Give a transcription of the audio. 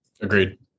Agreed